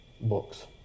books